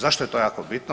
Zašto je to jako bitno?